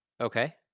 Okay